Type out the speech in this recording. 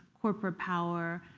corporate power,